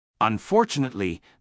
Unfortunately